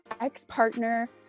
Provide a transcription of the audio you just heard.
ex-partner